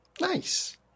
Nice